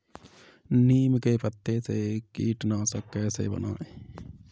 नीम के पत्तों से कीटनाशक कैसे बनाएँ?